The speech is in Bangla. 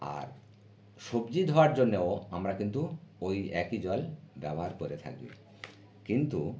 আর সবজির ধোয়ার জন্যেও আমরা কিন্তু ওই একই জল ব্যবহার করে থাকি কিন্তু